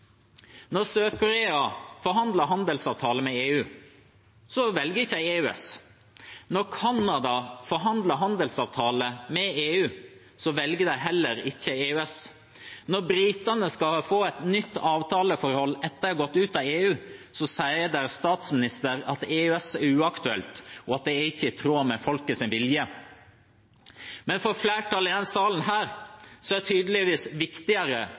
handelsavtale med EU, valgte de ikke EØS. Når Canada forhandler handelsavtale med EU, velger heller ikke de EØS. Når britene skal få et nytt avtaleforhold etter å ha gått ut av EU, sier statsministeren deres at EØS er uaktuelt, og at det ikke er i tråd med folkets vilje. Men for flertallet i denne salen er det tydeligvis viktigere